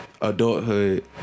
adulthood